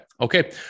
Okay